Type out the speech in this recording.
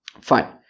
Fine